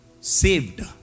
Saved